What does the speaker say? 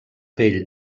pell